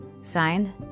Signed